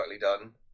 done